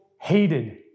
hated